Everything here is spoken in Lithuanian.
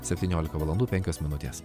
septyniolika valandų penkios minutės